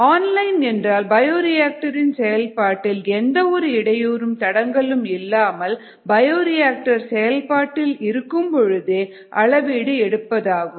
online என்றால் bioreactor இன் செயல்பாட்டில் எந்த ஒரு இடையூறும் தடங்கலும் இல்லாமல் பயோரியாக்டர் செயல்பாட்டில் இருக்கும் பொழுதே அளவீடு எடுப்பதாகும்